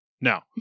Now